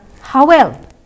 howell